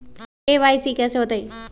KYC कैसे होतई?